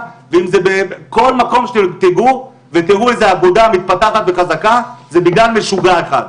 בכל מקום שתראו איזו אגודה מתפתחת וחזקה זה בגלל משוגע אחד.